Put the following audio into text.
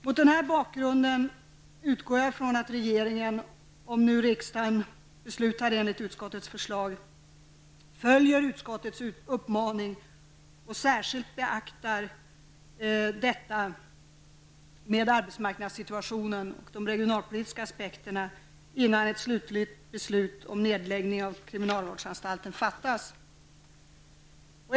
Mot denna bakgrund utgår jag från att regeringen, om riksdagen beslutar enligt utskottets förslag, följer utskottets uppmaning och beaktar särskilt arbetsmarknadssituationen och de regionalpolitiska aspekterna innan ett slutligt beslut om nedläggning av kriminalvårdsanstalten fattas.